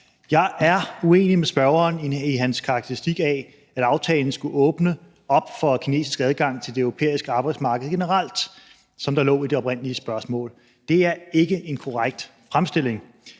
Jeg er uenig med spørgeren i hans karakteristik af, at aftalen skulle åbne op for kinesisk adgang til det europæiske arbejdsmarked generelt, som der lå i det oprindelige spørgsmål. Det er ikke en korrekt fremstilling.